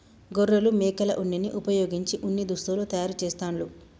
గొర్రెలు మేకల ఉన్నిని వుపయోగించి ఉన్ని దుస్తులు తయారు చేస్తాండ్లు